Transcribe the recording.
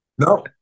no